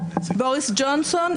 בוריס ג'ונסון,